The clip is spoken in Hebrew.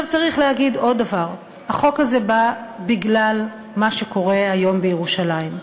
צריך להגיד עוד דבר: החוק הזה בא בגלל מה שקורה היום בירושלים.